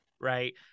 right